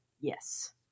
Yes